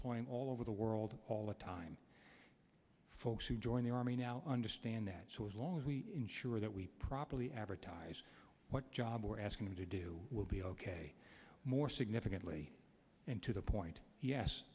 point all over the world all the time folks who join the army now understand that so as long as we ensure that we properly advertise what job we're asking them to do we'll be ok more significantly and to the point yes